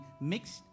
mixed